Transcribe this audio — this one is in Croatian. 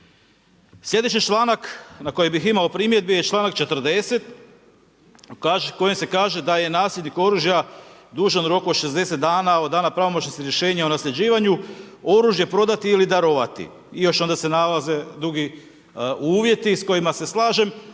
Sljedeći članak na koji bih imao primjedbi je članak 40. u kojem se kaže da je nasljednik oružja dužan u roku od 60 dana od dana pravomoćnosti rješenja o nasljeđivanju oružje prodati ili darovati i još onda se nalaze dugi uvjeti s kojima ses slažem.